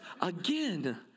again